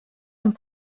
and